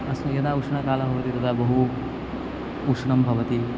अस्ति यदा उष्णकालः भवति तदा बहु उष्णं भवति